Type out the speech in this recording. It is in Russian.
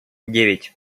девять